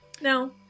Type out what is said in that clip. No